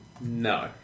No